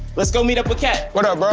let's go meet up with kat. what up, bro?